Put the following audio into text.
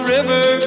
River